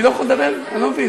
לא, אל תפחד, אל תפחד.